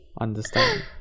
understand